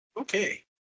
Okay